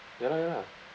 ya lah ya lah